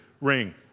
ring